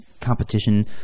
competition